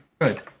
Good